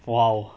!wow!